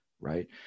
right